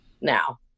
now